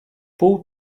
pół